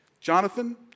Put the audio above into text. Jonathan